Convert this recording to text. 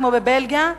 כמו בבלגיה,